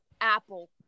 Apple